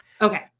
okay